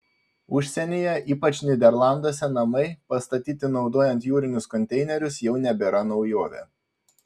užsienyje ypač nyderlanduose namai pastatyti naudojant jūrinius konteinerius jau nebėra naujovė